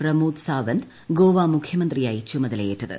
പ്രമോദ് സാവന്ത് ഗോവ മുഖ്യമന്ത്രിയായി ചുമതലയേറ്റത്